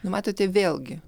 nu matote vėlgi